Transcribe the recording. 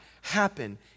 happen